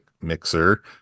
mixer